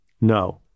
No